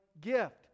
gift